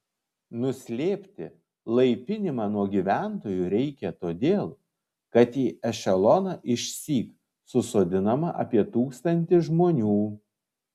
nuslėpti laipinimą nuo gyventojų reikia todėl kad į ešeloną išsyk susodinama apie tūkstantį žmonių